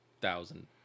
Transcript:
thousand